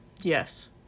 Yes